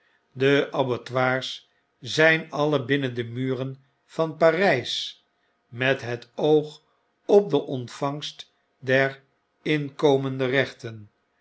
de abattoirs zijn alle binnen de muren van parp met het oog op den ontvangst der inkomende rechten